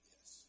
Yes